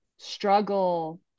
struggle